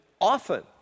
often